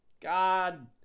God